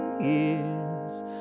years